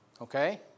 Okay